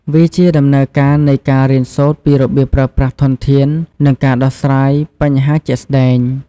វាជាដំណើរការនៃការរៀនសូត្រពីរបៀបប្រើប្រាស់ធនធាន និងការដោះស្រាយបញ្ហាជាក់ស្តែង។